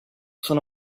sono